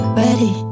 ready